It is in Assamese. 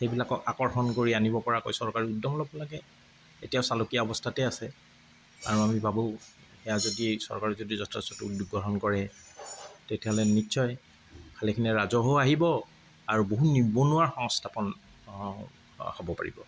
সেইবিলাকত আকৰ্ষণ কৰি আনিব পৰাকৈ চৰকাৰে উদ্যম ল'ব লাগে এতিয়া চালুকীয়া অৱস্থাতে আছে আৰু আমি ভাবোঁ এয়া যদি চৰকাৰে যদি যথেষ্ট উদ্যোগ গ্ৰহণ কৰে তেতিয়াহ'লে নিশ্চয় ভালেখিনি ৰাজহো আহিব আৰু বহু নিবনুৱা সংস্থাপন হ'ব পাৰিব